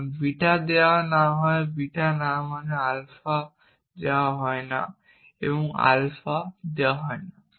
কারণ বিটা দেওয়া হয় না বিটা না মানে আলফা দেওয়া হয় না এবং আলফা দেওয়া হয় না